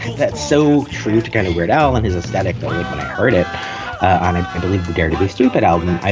that's so true to kind of weird. al and his aesthetic heard it on, i believe the dare to be stupid album. i